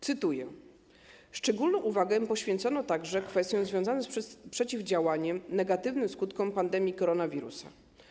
Cytuję: ˝Szczególną uwagę poświęcono także kwestiom związanym z przeciwdziałaniem negatywnym skutkom pandemii koronawirusa.